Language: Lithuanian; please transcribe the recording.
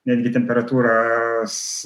netgi temperatūras